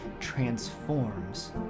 transforms